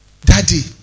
Daddy